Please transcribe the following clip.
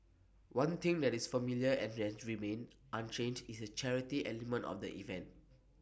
one thing that is familiar and range remained unchanged is the charity element of the event